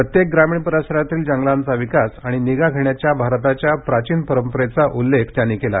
प्रत्येक ग्रामीण परिसरातील जंगलांचा विकास आणि निगा घेण्याच्या भारताच्या प्राचीन परंपरेचा उल्लेख त्यांनी केला